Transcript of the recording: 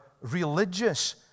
religious